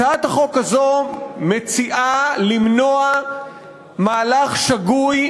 הצעת החוק הזאת מציעה למנוע מהלך שגוי,